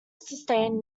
sustained